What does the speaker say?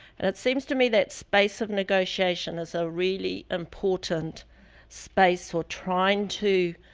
and it seems to me that space of negotiation is a really important space for trying to,